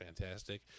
fantastic